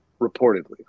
reportedly